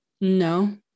No